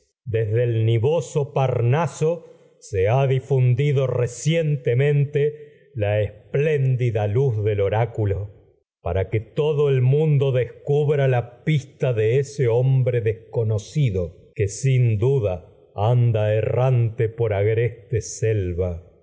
se inevita furias desde parnaso ha difundido recientemente todo la espléndida luz del oráculo para que hombre agreste por el mundo descubra la pista de ese errante por desco nocido que sin en duda los anda selva